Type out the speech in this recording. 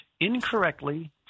incorrectly